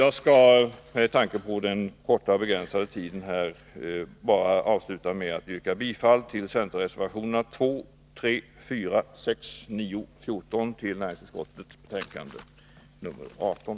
Jag skall med tanke på den begränsade tiden avsluta med att yrka bifall till centerreservationerna 2, 3, 4, 6, 9 och 14 i näringsutskottets betänkande 18.